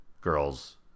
girl's